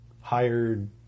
hired